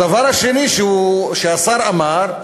הדבר השני שהשר אמר,